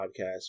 podcast